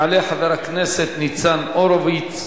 יעלה חבר הכנסת ניצן הורוביץ.